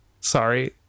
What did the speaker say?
Sorry